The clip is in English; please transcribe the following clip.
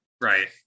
Right